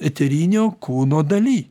eterinio kūno daly